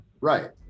Right